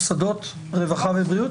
במוסדות רווחה ובריאות?